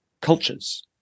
cultures